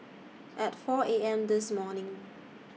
At four A M This morning